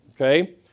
Okay